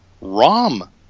ROM